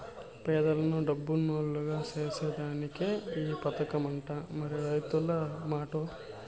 పేదలను డబ్బునోల్లుగ సేసేదానికే ఈ పదకమట, మరి రైతుల మాటో